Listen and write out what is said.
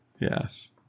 Yes